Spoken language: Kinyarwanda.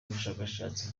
ubushakashatsi